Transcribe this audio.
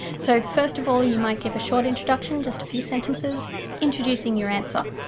so first of all you might give a short introduction just a few sentences introducing your answer,